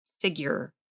figure